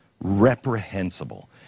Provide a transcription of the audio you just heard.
Reprehensible